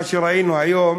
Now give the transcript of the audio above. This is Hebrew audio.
מה שראינו היום